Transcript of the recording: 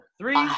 three